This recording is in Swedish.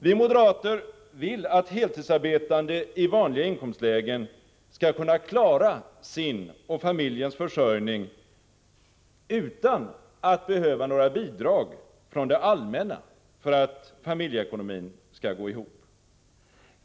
Vi moderater vill att heltidsarbetande människor i vanliga inkomstlägen skall kunna klara sin och familjens försörjning utan att behöva några bidrag från det allmänna för att familjeekonomin skall gå ihop.